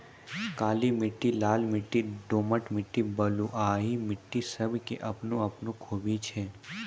काली मिट्टी, लाल मिट्टी, दोमट मिट्टी, बलुआही मिट्टी सब के आपनो आपनो खूबी होय छै